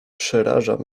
przeraża